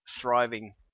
thriving